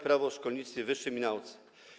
Prawo o szkolnictwie wyższym i nauce.